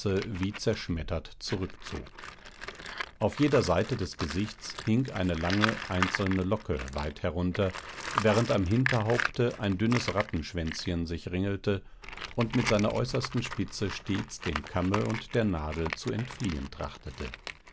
wie zerschmettert zurückzog auf jeder seite des gesichts hing eine lange einzelne locke weit herunter während am hinterhaupte ein dünnes rattenschwänzchen sich ringelte und mit seiner äußersten spitze stets dem kamme und der nadel zu entfliehen trachtete